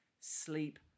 sleep